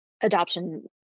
adoption